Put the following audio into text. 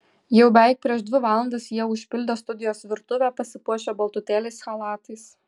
jau beveik prieš dvi valandas jie užpildė studijos virtuvę pasipuošę baltutėliais chalatais